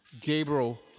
Gabriel